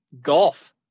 Golf